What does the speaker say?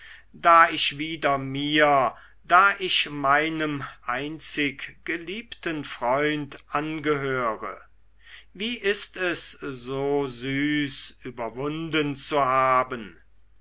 da ich wieder mir da ich meinem einzig geliebten freund angehöre wie ist es so süß überwunden zu haben